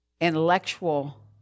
intellectual